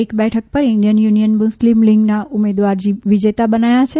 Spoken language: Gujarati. એક બેઠક પર ઇન્ઠીયન યુનિયન મુસ્લિમલિંગના ઉમેદવાર વિજેતા બન્યા છે